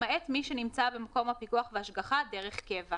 למעט מי שנמצא במקום הפיקוח וההשגחה דרך קבע,